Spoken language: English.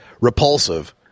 repulsive